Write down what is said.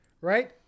right